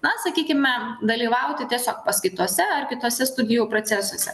na sakykime dalyvauti tiesiog paskaitose ar kitose studijų procesuose